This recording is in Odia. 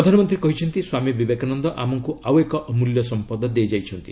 ପ୍ରଧାନମନ୍ତ୍ରୀ କହିଛନ୍ତି ସ୍ୱାମୀ ବିବେକାନନ୍ଦ ଆମକ୍ ଆଉ ଏକ ଅମ୍ବଲ୍ୟ ସମ୍ପଦ ଦେଇଯାଇଛନ୍ତି